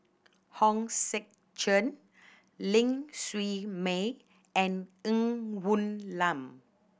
Hong Sek Chern Ling Siew May and Ng Woon Lam